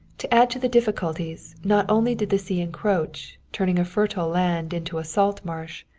to add to the difficulties, not only did the sea encroach, turning a fertile land into a salt marsh,